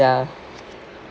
ya